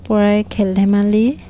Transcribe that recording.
পৰাই খেল ধেমালি